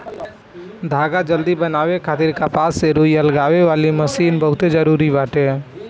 धागा जल्दी बनावे खातिर कपास से रुई अलगावे वाली मशीन बहुते जरूरी बाटे